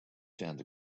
found